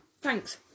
Thanks